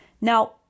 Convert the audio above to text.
Now